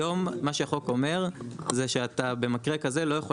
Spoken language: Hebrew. היום מה שהחוק אומר זה שאתה במקרה כזה לא יכול